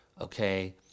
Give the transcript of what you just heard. okay